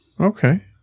Okay